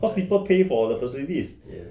cause people pay for the facility